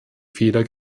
fehler